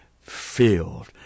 filled